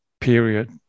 period